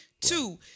Two